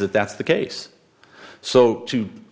that that's the case so